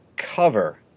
Cover